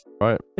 Right